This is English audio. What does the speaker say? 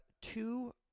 Two